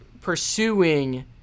pursuing